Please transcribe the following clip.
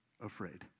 afraid